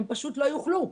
הם פשוט לא יוכלו.